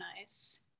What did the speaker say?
nice